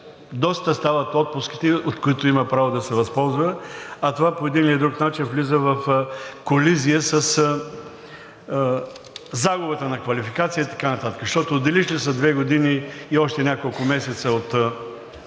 доста стават отпуските, от които има право да се възползва, а това по един или друг начин влиза в колизия със загубата на квалификация и така нататък, защото отделиш ли се две години и още няколко месеца от